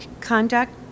conduct